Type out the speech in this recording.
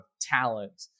talent